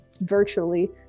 virtually